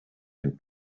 and